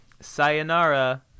Sayonara